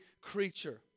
creature